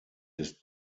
des